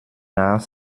nach